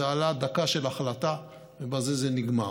זה עלה דקה של החלטה, ובזה זה נגמר.